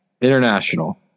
International